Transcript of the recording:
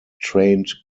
trained